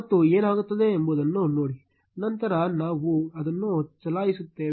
ಮತ್ತು ಏನಾಗುತ್ತದೆ ಎಂಬುದನ್ನು ನೋಡಿ ನಂತರ ನಾವು ಅದನ್ನು ಚಲಾಯಿಸುತ್ತೇವೆ